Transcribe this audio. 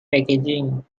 packaging